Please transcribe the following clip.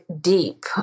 deep